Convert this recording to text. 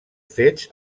fets